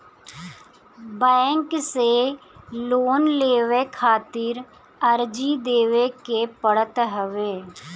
bank से loan लेवे खातिर अर्जी देवे के पड़त हवे